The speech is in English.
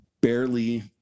barely